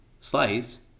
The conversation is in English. slice